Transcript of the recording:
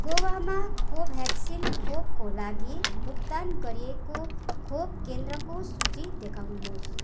गोवामा कोभ्याक्सिन खोपको लागि भुक्तान गरिएको खोप केन्द्रको सूची देखाउनुहोस्